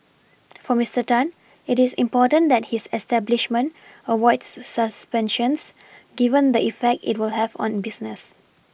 for Mister Tan it is important that his establishment avoids suspensions given the effect it will have on business